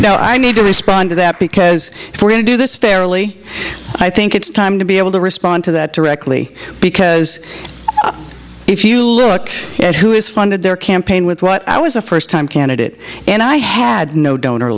you know i need to respond to that because if we're going to do this fairly i think it's time to be able to respond to that directly because if you look at who is funded their campaign with what i was a first time candidate and i had no donor